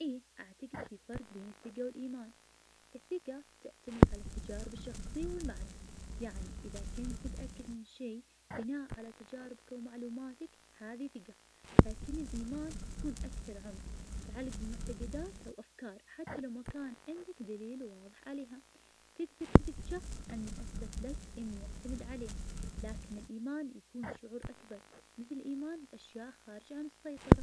إيه أعتقد في فرق بين الثقة الإيمان, الثقة تعتمد على التجارب الشخصية والمعرفة, يعني إذا كنت متأكد من شي بناء على تجاربك ومعلوماتك هذه ثقة, لكن الإيمان بيكون أكثر عمق, يتعلق بمعتقدات وأفكار, حتى لو ما كان عندك دليل واضح عليها, تقدر تثق بشخص لأنه أثبت لك إن يعتمد عليه, لكن الإيمان يكون شعور أكبر, مثل إيمان أشياء خارجة عن السيطرة.